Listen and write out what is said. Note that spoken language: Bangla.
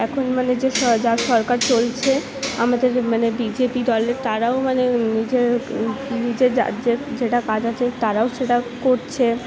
এখন মানে যে যা সরকার চলছে আমাদের মানে বি জে পি দলের তাঁরাও মানে যে যে যার রাজ্যের যেটা কাজ আছে তাঁরাও সেটা করছে